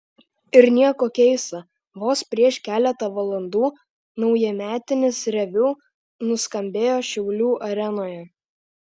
ir nieko keista vos prieš keletą valandų naujametinis reviu nuskambėjo šiaulių arenoje